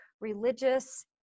religious